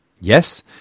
Yes